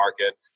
market